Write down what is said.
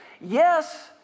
yes